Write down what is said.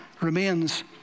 remains